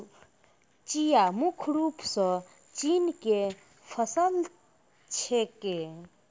चिया मुख्य रूप सॅ चीन के फसल छेकै